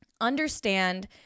understand